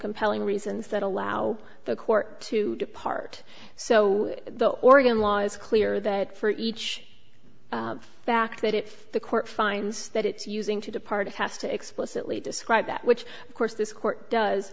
compelling reasons that allow the court to depart so the oregon law is clear that for each fact that it the court finds that it's using to depart has to explicitly describe that which of course this court does